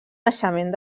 naixement